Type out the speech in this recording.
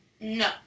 No